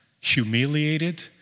humiliated